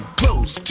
close